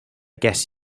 guess